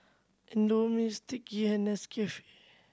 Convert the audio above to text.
Indomie Sticky and Nescafe